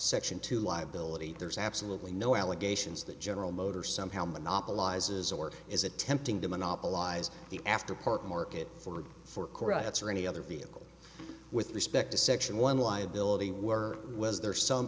section two liability there is absolutely no allegations that general motors somehow monopolizes or is attempting to monopolize the after park market for four carets or any other vehicle with respect to section one liability were was there some